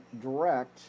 direct